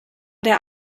der